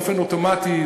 באופן אוטומטי,